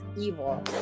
evil